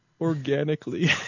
organically